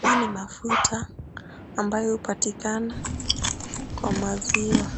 Hii ni mafuta ambayo hupatikana kwa maziwa.